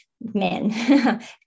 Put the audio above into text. men